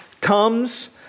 comes